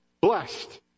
Blessed